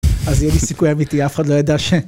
אז יהיה לי סיכוי אמיתי, אף אחד לא ידע ש...